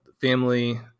family